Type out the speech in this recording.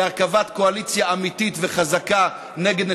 להרכבת קואליציה אמיתית וחזקה נגד נתניהו,